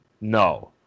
No